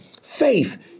faith